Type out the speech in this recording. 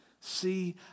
see